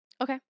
Okay